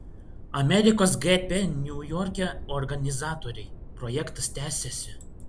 amerikos gp niujorke organizatoriai projektas tęsiasi